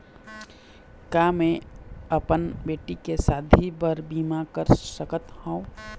का मैं अपन बेटी के शादी बर बीमा कर सकत हव?